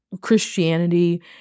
Christianity